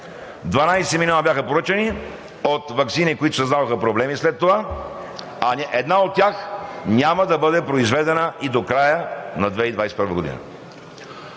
12 милиона от ваксини, които създадоха проблеми след това, а една от тях няма да бъде произведена и до края на 2021 г.